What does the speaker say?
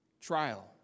Trial